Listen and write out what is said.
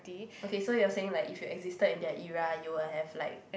okay so you're saying like if you existed in their era you will have like